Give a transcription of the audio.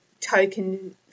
token